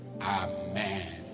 amen